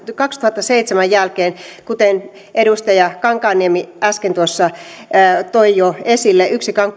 kaksituhattaseitsemän jälkeen kuten edustaja kankaanniemi äsken tuossa toi jo esille yksikään